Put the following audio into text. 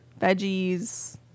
veggies